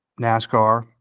NASCAR